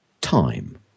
Time